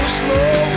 slow